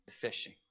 Fishing